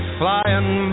flying